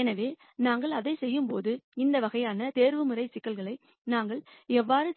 எனவே நாங்கள் அதைச் செய்யும்போது இந்த வகையான ஆப்டிமைசேஷன் ப்ரோப்லேம் சிக்கல்களை நாங்கள் எவ்வாறு